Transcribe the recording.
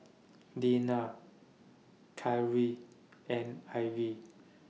Deanna Kyree and Ivey